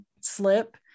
slip